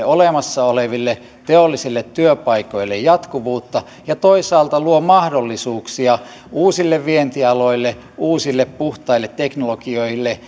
olemassa oleville teollisille työpaikoille jatkuvuutta ja toisaalta luo mahdollisuuksia uusille vientialoille uusille puhtaille teknologioille